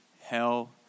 hell